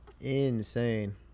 Insane